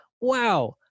wow